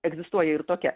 egzistuoja ir tokia